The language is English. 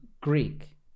Greek